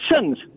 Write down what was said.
sins